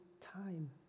time